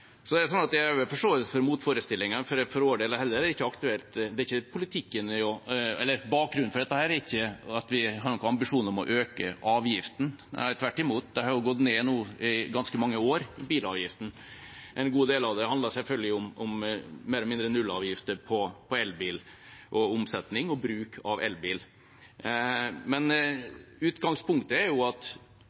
Så er det sånn at jeg har forståelse for motforestillinger. Bakgrunnen for dette er ikke at vi har ambisjoner om å øke avgiftene, tvert imot har bilavgiftene nå gått ned i ganske mange år. En god del av det handler selvfølgelig mer og mindre om nullavgifter på elbil – omsetning og bruk av elbil. Men utgangspunktet er at jo større andel elbiler eller nullutslippskjøretøy vi får i den norske bilparken, jo mer urettferdig blir systemet. På et eller annet tidspunkt må vi også tenke at